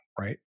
right